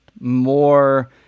more